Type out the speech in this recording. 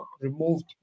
removed